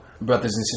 Brothers